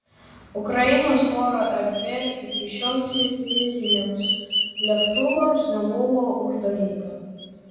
ukrainos oro erdvė iki šiol civiliniams lėktuvams nebuvo uždaryta